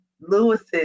Lewis's